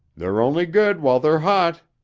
they're only good while they're hot.